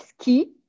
ski